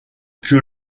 que